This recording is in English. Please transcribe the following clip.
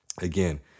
again